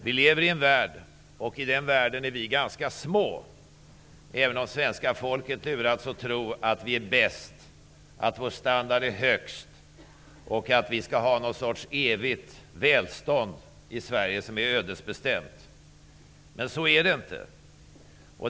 Vi lever i en värld där vi är ganska små, även om svenska folket lurats att tro att vi är bäst, att vår standard är högst och att vi skulle ha något slags evigt välstånd i Sverige, som är ödesbestämt. Så är det inte.